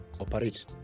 operate